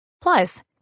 Plus